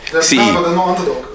See